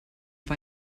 war